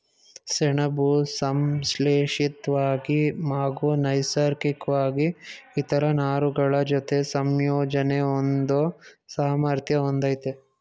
ಸೆಣಬು ಸಂಶ್ಲೇಷಿತ್ವಾಗಿ ಹಾಗೂ ನೈಸರ್ಗಿಕ್ವಾಗಿ ಇತರ ನಾರುಗಳಜೊತೆ ಸಂಯೋಜನೆ ಹೊಂದೋ ಸಾಮರ್ಥ್ಯ ಹೊಂದಯ್ತೆ